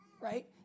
right